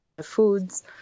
foods